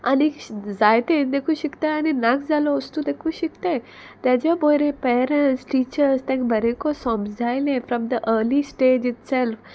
आनी जायते देखू शिकताय आनी नाक जालो वस्तू देकू शिकताय तेज्या पोयरे पेरंट्स टिचर्स तेंक बरेंको सोमजायलें from the early stage itself